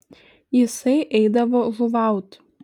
jisai eidavo žuvaut